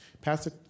Pastor